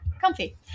Comfy